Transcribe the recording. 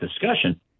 discussion